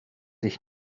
ich